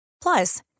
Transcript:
Plus